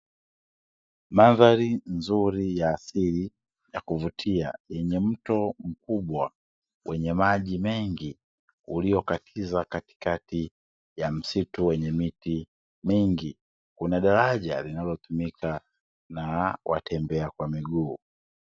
Mandhari nzuri ya asili ya kuvutia, yenye mto mkubwa wenye maji mengi ulio katiza katikati ya msitu wenye miti mingi, kuna daraja linalotumika na watembea kwa miguu.